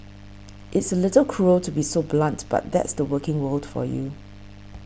it's a little cruel to be so blunt but that's the working world for you